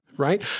Right